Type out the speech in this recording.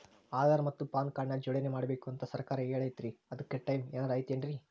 ಆಧಾರ ಮತ್ತ PAN card ನ ಜೋಡಣೆ ಮಾಡ್ಬೇಕು ಅಂತಾ ಸರ್ಕಾರ ಹೇಳೈತ್ರಿ ಅದ್ಕ ಟೈಮ್ ಏನಾರ ಐತೇನ್ರೇ?